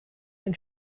ein